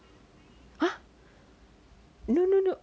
!huh! no no no